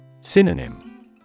Synonym